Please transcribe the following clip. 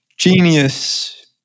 Genius